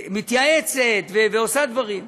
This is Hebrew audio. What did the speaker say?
מתייעצת ועושה דברים.